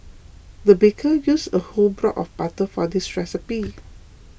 the baker used a whole block of butter for this recipe